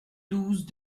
douze